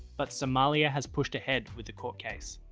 but somalia has pushed ahead with the court case.